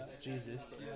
Jesus